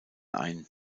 ein